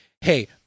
hey